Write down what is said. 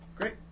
great